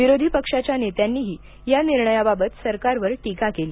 विरोधी पक्षाच्या नेत्यांनीही या निर्णयाबाबत सरकारवर टीका केली